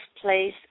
Place